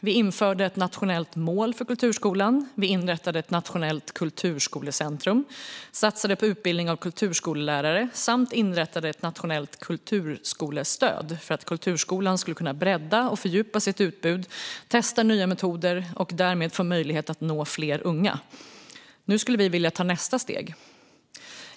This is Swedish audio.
Vi införde ett nationellt mål för kulturskolan, inrättade ett nationellt kulturskolecentrum, satsade på utbildning av kulturskollärare samt inrättade ett nationellt kulturskolestöd för att kulturskolan skulle kunna bredda och fördjupa sitt utbud och testa nya metoder och därmed få möjlighet att nå fler unga. Nu skulle vi vilja ta nästa steg.